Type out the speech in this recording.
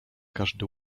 każdy